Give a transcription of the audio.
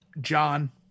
john